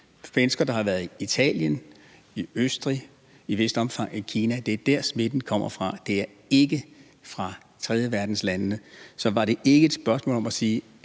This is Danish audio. at mennesker har været i Italien, Østrig og i et vist omfang i Kina; at det er dér, smitten kommer fra – det er ikke fra tredjeverdenslandene. Så var det ikke et spørgsmål om at sige: